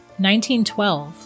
1912